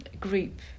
group